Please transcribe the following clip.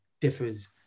differs